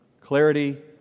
Clarity